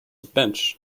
bench